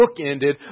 bookended